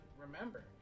remember